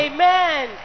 Amen